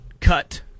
cut